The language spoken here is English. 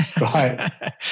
Right